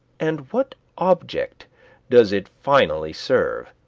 and what object does it finally serve?